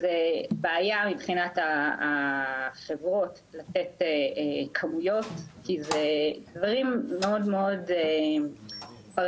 זו בעיה מבחינת החברות לתת כמויות כי אלו דברים מאוד מאוד פרטניים,